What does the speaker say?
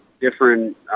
different